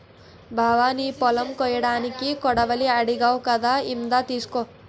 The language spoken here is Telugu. బావా నీ పొలం కొయ్యడానికి కొడవలి అడిగావ్ కదా ఇందా తీసుకో